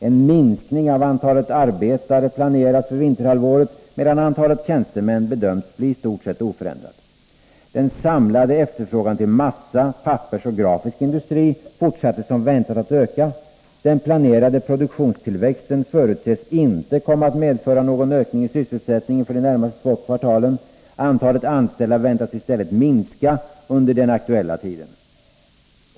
——— En minskning av antalet arbetare planeras för vinterhalvåret medan antalet tjänstemän bedöms bli i stort sett oförändrat. - Den samlade efterfrågan till massa-, pappersoch grafisk industri fortsatte som väntat att öka. —-—-— Den planerade produktionstillväxten förutses inte komma att medföra någon ökning i sysselsättningen för de närmaste två kvartalen. Antalet anställda väntas i stället minska under den aktuella tiden.